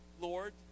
Lord